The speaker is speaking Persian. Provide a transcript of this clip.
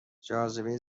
جاذبه